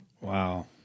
Wow